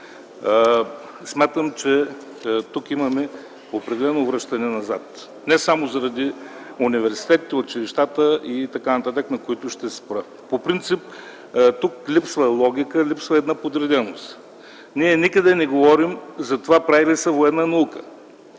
смятам, че тук имаме определено връщане назад, не само заради университетите, училищата и т.н., на които ще се спра. По принцип тук липсва логика, липсва една подреденост. Ние никъде не говорим за това прави ли се военна наука?